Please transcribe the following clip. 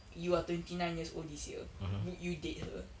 you're twenty nine years old this year would you date her